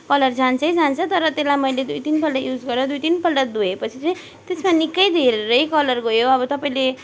colour जान्छै जान्छ तर त्यसलाई मैले दुई तिनपल्ट युज गरेर दुई तिनपल्ट धुएपछि चाहिँ त्यसमा निकै धेरै कलर गयो अब तपाईँले